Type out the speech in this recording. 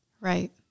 Right